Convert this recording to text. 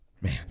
Man